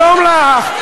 שלום לך,